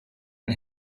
ein